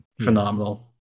phenomenal